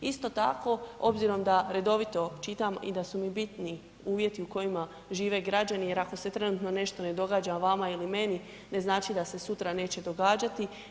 Isto tako obzirom da redovito čitam i da su mi bitni uvjeti u kojima žive građani jer ako se trenutno nešto ne događa vama ili meni ne znači da se sutra neće događati.